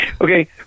Okay